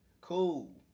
cool